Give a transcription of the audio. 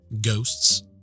ghosts